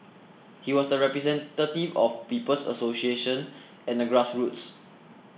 he was the representative of People's Association and the grassroots